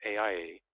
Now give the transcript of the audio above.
AIA